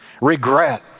Regret